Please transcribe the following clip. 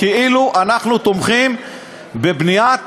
כאילו אנחנו תומכים בבניית